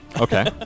Okay